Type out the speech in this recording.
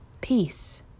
Peace